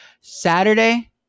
Saturday